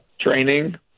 training